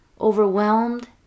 overwhelmed